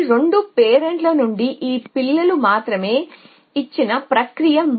ఈ 2 పేరెంట్ల నుండి ఈ పిల్లలు మాత్రమే ఇచ్చిన ప్రక్రియగా